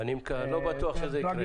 אני לא בטח שזה יקרה.